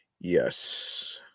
yes